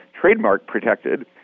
trademark-protected